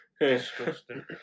Disgusting